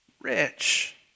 rich